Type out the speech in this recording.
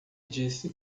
disse